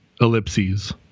ellipses